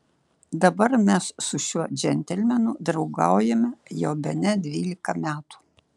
dabar mes su šiuo džentelmenu draugaujame jau bene dvylika metų